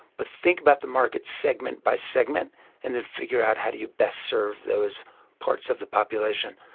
but think about the market, segment by segment and then figure out how do you best serve those parts of the population.